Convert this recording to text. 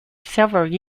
several